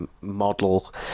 model